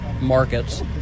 markets